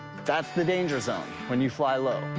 that's the danger zone when you fly low.